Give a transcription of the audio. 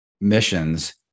missions